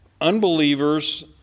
Unbelievers